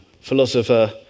philosopher